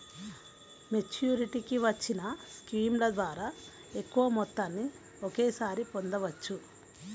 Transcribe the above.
మెచ్యూరిటీకి వచ్చిన స్కీముల ద్వారా ఎక్కువ మొత్తాన్ని ఒకేసారి పొందవచ్చు